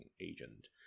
agent